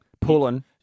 Pulling